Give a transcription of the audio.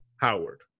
Howard